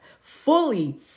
fully